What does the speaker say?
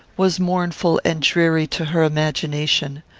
was mournful and dreary to her imagination.